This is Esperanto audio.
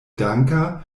danka